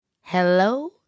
Hello